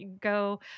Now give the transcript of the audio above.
go